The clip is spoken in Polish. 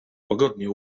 łagodnie